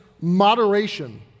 moderation